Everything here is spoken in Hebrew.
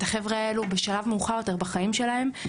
החבר'ה האלה בשלב מאוחר יותר בחיים שלהם.